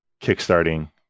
kickstarting